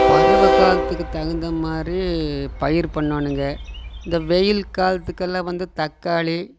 பருவக்காலத்துக்கு தகுந்த மாதிரி பயிறு பண்ணணுங்க இந்த வெயில் காலத்துக்குக்கெல்லாம் வந்து தக்காளி